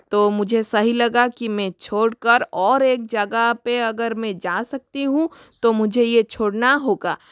तो मुझे सही लगा कि मैं छोड़ कर और एक जगह पर अगर मैं जा सकती हूँ तो मुझे ये छोड़ना होगा